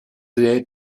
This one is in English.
there